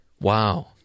Wow